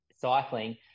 cycling